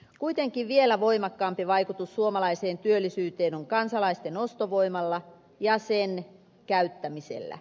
kuitenkin vielä voimakkaampi vaikutus suomalaiseen työllisyyteen on kansalaisten ostovoimalla ja sen käyttämisellä